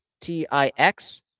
T-I-X